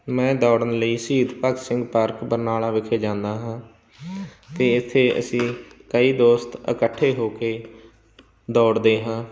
ਮੈਂ ਦੌੜਨ ਲਈ ਸ਼ਹੀਦ ਭਗਤ ਸਿੰਘ ਪਾਰਕ ਬਰਨਾਲਾ ਵਿਖੇ ਜਾਂਦਾ ਹਾਂ ਅਤੇ ਇੱਥੇ ਅਸੀਂ ਕਈ ਦੋਸਤ ਇਕੱਠੇ ਹੋ ਕੇ ਦੌੜਦੇ ਹਾਂ